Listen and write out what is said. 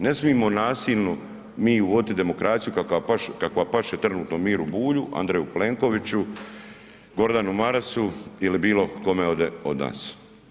Ne smijemo nasilno mi uvoditi demokraciju kakva paše trenutno Miru Bulju, Andereju Plenkoviću, Gordanu Marasu ili bilo kome od nas.